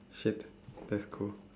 shit that's cool